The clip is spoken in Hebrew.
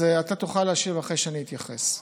אז אתה תוכל להשיב אחרי שאני אתייחס.